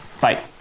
bye